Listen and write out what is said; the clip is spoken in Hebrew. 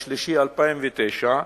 במרס 2009,